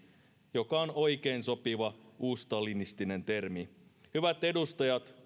joka on oikein sopiva uusstalinistinen termi hyvät edustajat